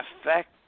affect